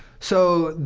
so